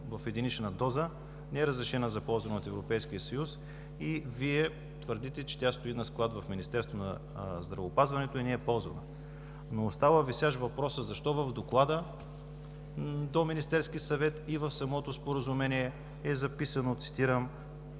Вие твърдите, че тя стои на склад в Министерството на здравеопазването и не я ползваме. Остава висящ въпросът: защо в доклада до Министерския съвет и в самото Споразумение е записана изрична